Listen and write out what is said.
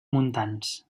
montans